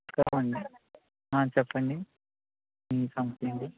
చెప్పండి ఆ చెప్పండీ ఏంటీ కంప్లయింటు